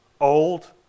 Old